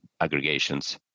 aggregations